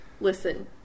Listen